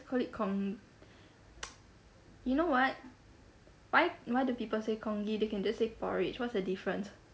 call it con~ you know what why why do people say congee they can just say porridge what's the difference